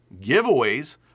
giveaways